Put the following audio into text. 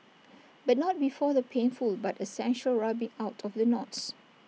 but not before the painful but essential rubbing out of the knots